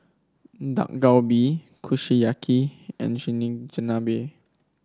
Dak Galbi Kushiyaki and Chigenabe